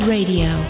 Radio